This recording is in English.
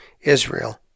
Israel